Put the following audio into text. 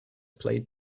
played